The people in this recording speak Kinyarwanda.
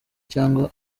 cyangwa